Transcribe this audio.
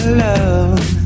love